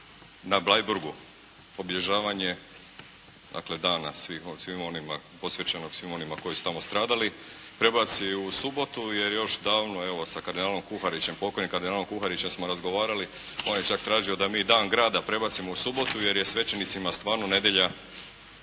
dana svih, svima onima, posvećenog svima onima koji su tamo stradali, prebaci u subotu jer još davno evo sa kardinalom Kuharićem, pokojnim kardinalom Kuharićem smo razgovarali. On je čak tražio da mi dan grada prebacimo u subotu jer je svećenicima stvarno nedjelja